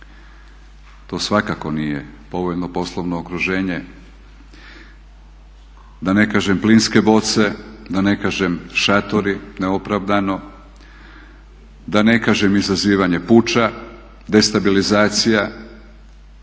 to svakako nije povoljno poslovno okruženje, da ne kažem plinske boce, da ne kažem šatori neopravdano, da ne kažem izazivanje puča, destabilizacija,